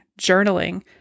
journaling